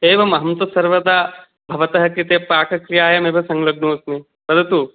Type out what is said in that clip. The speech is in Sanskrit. एवमहं तु सर्वदा भवतः कृते पाकक्रियायामेव संलग्नोऽस्मि वदतु